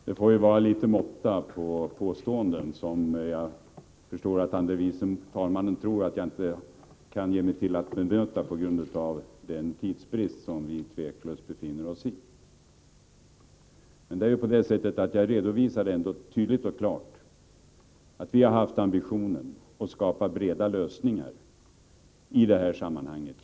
Herr talman! Det får vara litet måtta på påståendena. Jag förstår att andre vice talmannen tror att jag inte kan ge mig till att komma med ett bemötande med tanke på den tidsbrist som utan tvivel råder. Jag redovisade tydligt och klart att vi har haft ambitionen att skapa breda lösningar i det här sammanhanget.